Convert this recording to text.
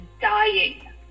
dying